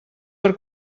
per